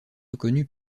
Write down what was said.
reconnus